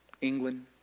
England